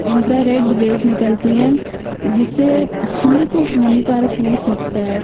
infra red rays निकलती हैं जिससे हम ही को हानिकारक पहुँच सकता है